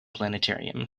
planetarium